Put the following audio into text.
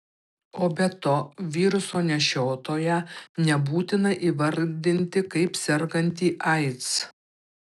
o be to viruso nešiotoją nebūtina įvardinti kaip sergantį aids